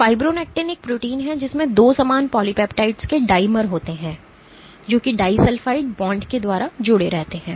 तो फ़ाइब्रोनेक्टिन एक प्रोटीन है जिसमें 2 समान पॉलीपेप्टाइड्स के डाइमर होते हैं जो कि डाइसल्फ़ाइड बांड द्वारा जुड़े होते हैं